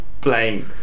playing